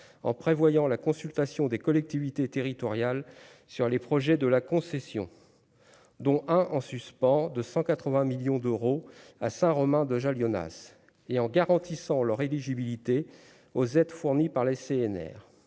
en prévoyant la consultation des collectivités territoriales sur les projets de la concession dont un en suspens de 180 millions d'euros à Saint-Romain de et en garantissant leur éligibilité aux aides fournies par la CNR,